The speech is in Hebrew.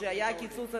כשהיה הקיצוץ הראשון,